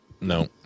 No